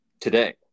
today